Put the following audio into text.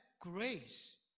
grace